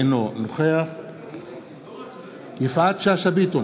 אינו נוכח יפעת שאשא ביטון,